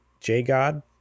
Jgod